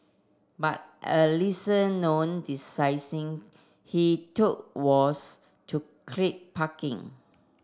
but a lesser known decision he took was to crimp parking